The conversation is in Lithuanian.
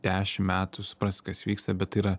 dešim metų suprast kas vyksta bet tai yra